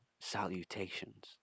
salutations